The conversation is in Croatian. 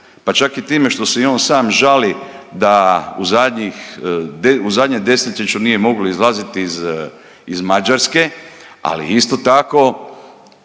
pa čak i time što se i on sam žali da u zadnjih, u zadnjem desetljeću nije mogao izlaziti iz Mađaraske, ali isto tako